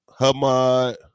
Hamad